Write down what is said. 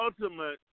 ultimate